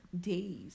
days